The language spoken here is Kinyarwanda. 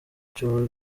cy’u